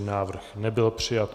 Návrh nebyl přijat.